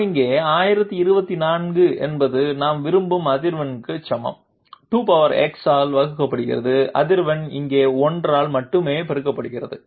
நாம் இங்கே 1024 என்பது நாம் விரும்பும் அதிர்வெண்ணுக்கு சமமான 2x ஆல் வகுக்கப்பட்ட அதிர்வெண் இங்கே 1 ஆல் மட்டுமே பெருக்கப்படுகிறது